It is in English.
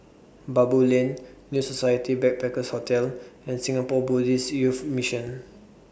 Baboo Lane New Society Backpackers' Hotel and Singapore Buddhist Youth Mission